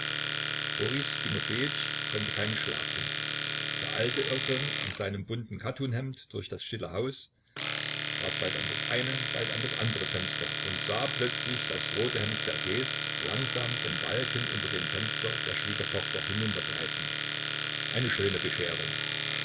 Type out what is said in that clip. boris timofejitsch konnte keinen schlaf finden der alte irrte in seinem bunten kattunhemd durch das stille haus trat bald an das eine bald an das andere fenster und sah plötzlich das rote hemd ssergejs langsam den balken unter dem fenster der schwiegertochter hinuntergleiten eine schöne bescherung